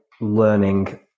learning